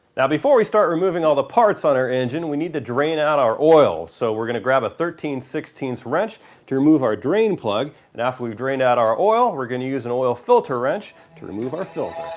now before we start removing all the parts on our engine we need to drain out our oil, so we're going to grab a thirteen sixteen wrench to remove out drain plug, and after we've drained out our oil we're going to use an oil filter wrench to remove our filter.